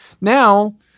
Now